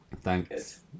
Thanks